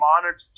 monitor